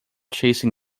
chasing